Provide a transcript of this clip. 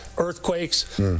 earthquakes